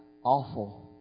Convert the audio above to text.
awful